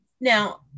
Now